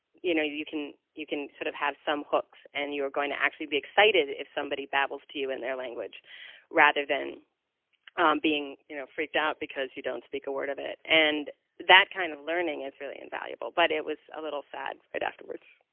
you know, you can you can sort of have some hooks and you're going to actually be excited if somebody babbles to you in their language rather than being, you know, freaked out because you don't speak a word of it. and that kind of learning is really invaluable, but it was a little sad right afterwards.